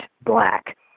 black